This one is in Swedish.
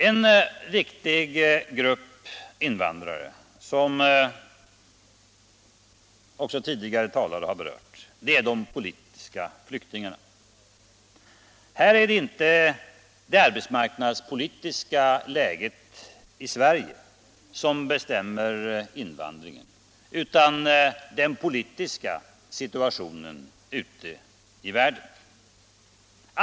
En viktig grupp invandrare, som också tidigare talare har berört, är de politiska flyktingarna. Här är det inte det arbetsmarknadspolitiska läget i Sverige som bestämmer invandringen utan den allmänpolitiska situationen ute i världen.